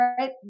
right